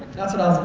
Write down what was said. that's what i was